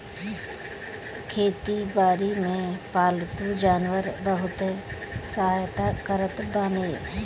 खेती बारी में पालतू जानवर बहुते सहायता करत बाने